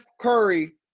Curry